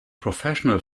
professional